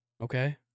okay